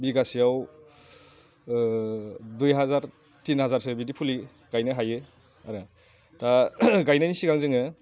बिगासेयाव दुइ हाजार थिन हाजारसो बिदि फुलि गायनो हायो आरो दा गायनायनि सिगां जोङो